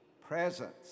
Presence